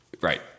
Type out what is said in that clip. Right